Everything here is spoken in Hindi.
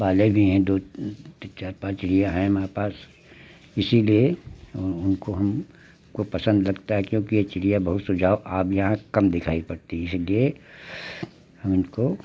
पाले भी हैं दो चार पाँच चिड़िया है हमारे पास इसीलिए उन उनको हम को पसन्द लगता है क्योंकि यह चिड़िया बहुत सुझाव अब यहाँ कम दिखाई पड़ती है इसलिए हम इनको